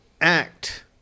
act